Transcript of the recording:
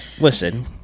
listen